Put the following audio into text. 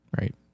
Right